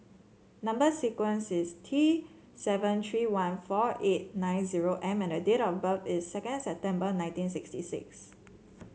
number sequence is T seven tree one four eight nine zero M and date of birth is second September nineteen sixty six